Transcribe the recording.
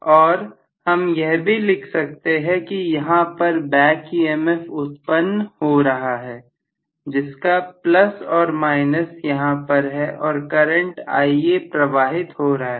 और हम यह भी लिख सकते हैं कि यहां पर बैक EMF उत्पन्न हो रहा है जिसका प्लस और माइनस यहां पर है और करंट Ia प्रवाहित हो रहा है